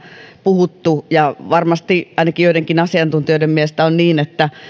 puhuttu ja varmasti ainakin joidenkin asiantuntijoiden mielestä on niin että